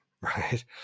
right